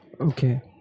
Okay